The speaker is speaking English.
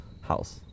house